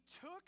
took